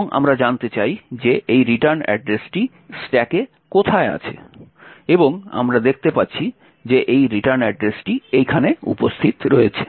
এবং আমরা জানতে চাই যে এই রিটার্ন অ্যাড্রেসটি স্ট্যাকে কোথায় আছে এবং আমরা দেখতে পাচ্ছি যে এই রিটার্ন অ্যাড্রেসটি এখানে উপস্থিত রয়েছে